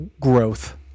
growth